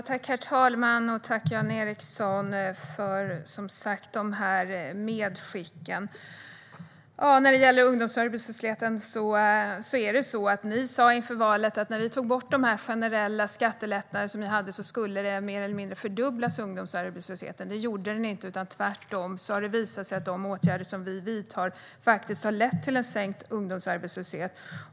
Herr talman! Tack, Jan Ericson, för medskicken! När det gäller ungdomsarbetslösheten sa ni inför valet att när vi tar bort de generella skattelättnader som ni hade skulle den mer eller mindre fördubblas. Det gjorde den inte. Det har tvärtom visat sig att de åtgärder som vi vidtar har lett till en sänkt ungdomsarbetslöshet.